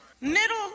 Middle